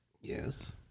yes